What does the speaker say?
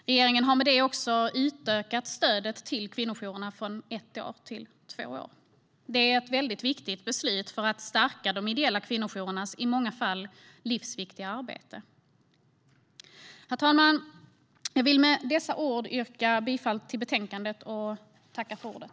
Regeringen har med det också utökat stödet till kvinnojourerna från ett år till två år. Det är ett väldigt viktigt beslut för att stärka de ideella kvinnojourernas i många fall livsviktiga arbete. Herr talman! Jag vill med dessa ord yrka bifall till förslaget i betänkandet.